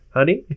Honey